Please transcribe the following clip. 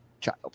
child